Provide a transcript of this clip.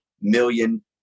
million